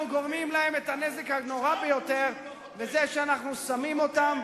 אנחנו גורמים להם את הנזק הנורא ביותר בזה שאנחנו שמים אותם,